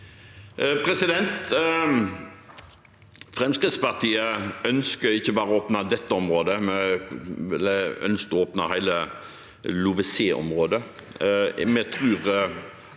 Fremskrittspartiet ønsker ikke bare å åpne dette området, vi ønsker å åpne hele LoVeSe-området.